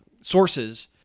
sources